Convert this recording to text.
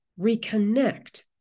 reconnect